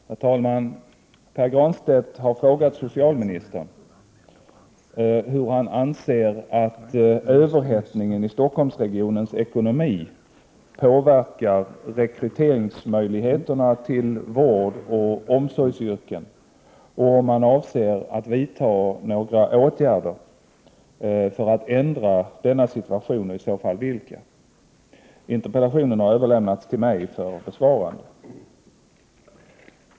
Herr talman! Pär Granstedt har frågat socialministern hur han anser att överhettningen i Stockholmsregionens ekonomi påverkar rekryteringsmöjligheterna till vårdoch omsorgsyrken och om han avser att vidta några åtgärder för att ändra denna situation och i så fall vilka. Interpellationen har överlämnats till mig för besvarande.